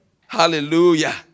Hallelujah